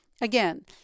Again